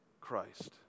Christ